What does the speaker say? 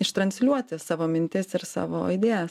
ištransliuoti savo mintis ir savo idėjas